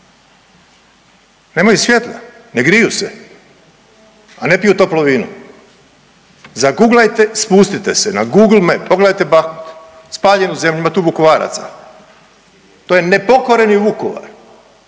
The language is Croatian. nemaju svjetla, ne griju se, a ne piju toplo vino. Zaguglajte, spustite se Google Meet, pogledajte Bakhmut spaljenu zemlju ima tu Vukovaraca, to je nepokoreni Vukovar,